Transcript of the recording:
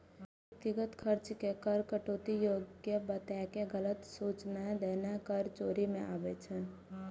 व्यक्तिगत खर्च के कर कटौती योग्य बताके गलत सूचनाय देनाय कर चोरी मे आबै छै